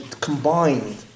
combined